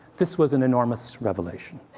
this was an enormous revelation.